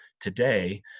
today